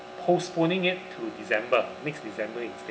postponing it to december next december instead